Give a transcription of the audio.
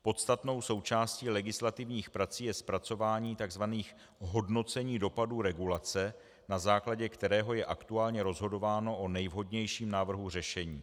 Podstatnou součástí legislativních prací je zpracování tzv. hodnocení dopadů regulace, na základě kterého je aktuálně rozhodováno o nejvhodnějším návrhu řešení.